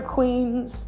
Queens